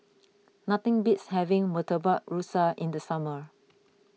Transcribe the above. nothing beats having Murtabak Rusa in the summer